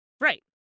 Right